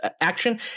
action